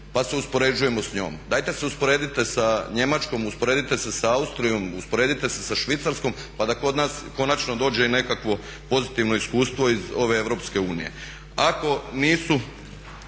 pa se uspoređujemo s njom. Dajte se usporedite sa Njemačkom, usporedite se sa Austrijom, usporedite se sa Švicarskom pa da kod nas konačno dođe i nekakvo pozitivno iskustvo iz ove EU. Ako nisu